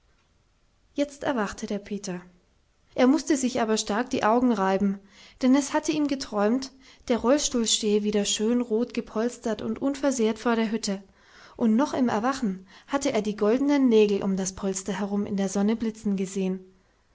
jetzt erwachte der peter er mußte sich aber stark die augen reiben denn es hatte ihm geträumt der rollstuhl stehe wieder schön rot gepolstert und unversehrt vor der hütte und noch im erwachen hatte er die goldenen nägel um das polster herum in der sonne blitzen gesehen